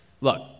Look